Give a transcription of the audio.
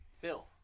Bill